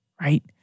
right